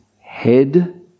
head